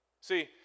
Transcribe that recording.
See